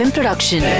Production